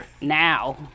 now